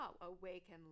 awaken